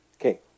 Okay